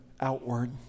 outward